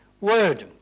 word